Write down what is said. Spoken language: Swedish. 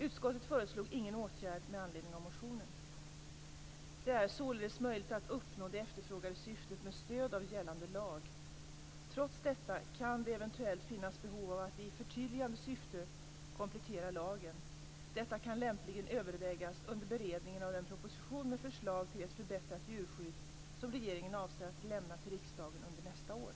Utskottet föreslog ingen åtgärd med anledning av motionen. Det är således möjligt att uppnå det efterfrågade syftet med stöd av gällande lag. Trots detta kan det eventuellt finnas behov av att i förtydligande syfte komplettera lagen. Detta kan lämpligen övervägas under beredningen av den propositionen med förslag till ett förbättrat djurskydd som regeringen avser att lämna till riksdagen under nästa år.